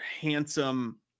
handsome